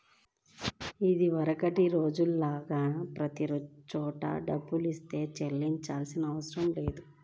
ఇదివరకటి రోజుల్లో లాగా ప్రతి చోటా డబ్బుల్నే చెల్లించాల్సిన అవసరం లేదు